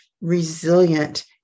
resilient